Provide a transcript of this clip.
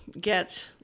get